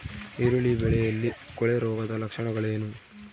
ಈರುಳ್ಳಿ ಬೆಳೆಯಲ್ಲಿ ಕೊಳೆರೋಗದ ಲಕ್ಷಣಗಳೇನು?